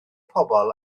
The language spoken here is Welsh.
pobl